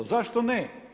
Zašto ne?